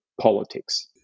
politics